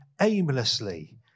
aimlessly